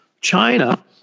China